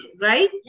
right